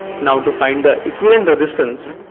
now, to find the equivalent resistance,